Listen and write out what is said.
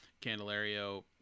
candelario